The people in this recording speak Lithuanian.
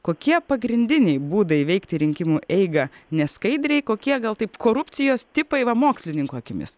kokie pagrindiniai būdai veikti rinkimų eigą neskaidriai kokie gal taip korupcijos tipai va mokslininkų akimis